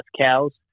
cows